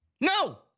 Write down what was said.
No